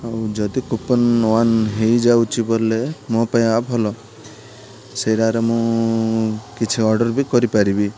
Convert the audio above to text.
ଆଉ ଯଦି coupon one ହେଇଯାଉଛି ବୋଲେ ମୋ ପାଇଁ ଭଲ ସେଇଟାରେ ମୁଁ କିଛି ଅର୍ଡ଼ର୍ ବି କରିପାରିବି